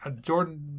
Jordan